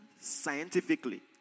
scientifically